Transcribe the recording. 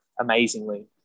amazingly